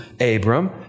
Abram